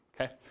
okay